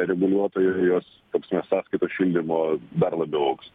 reguliuotojo jos ta prasme sąskaitos šildymo dar labiau augs